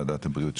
לוועדת הבריאות,